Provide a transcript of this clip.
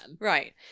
right